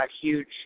huge